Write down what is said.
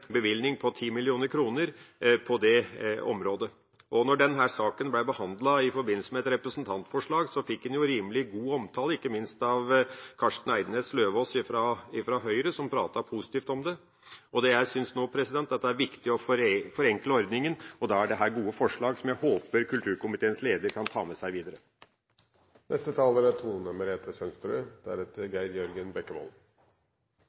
bevilgning på 10 mill. kr på det området. Da denne saken ble behandlet i forbindelse med et representantforslag, fikk den rimelig god omtale, ikke minst av Kårstein Eidem Løvaas fra Høyre, som pratet positivt om det. Jeg synes nå at det er viktig å forenkle ordningen, og da er dette gode forslag som jeg håper kulturkomiteens leder kan ta med seg